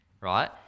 right